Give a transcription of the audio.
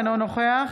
אינו נוכח